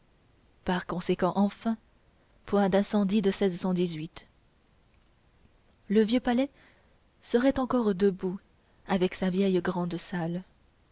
par conséquent enfin point d'incendie de le vieux palais serait encore debout avec sa vieille